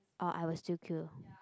orh I will still queue